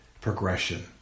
progression